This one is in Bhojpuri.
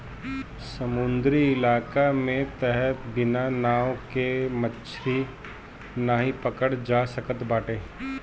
समुंदरी इलाका में तअ बिना नाव के मछरी नाइ पकड़ल जा सकत बाटे